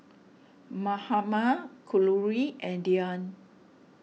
Mahatma Kalluri and Dhyan